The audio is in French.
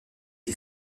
est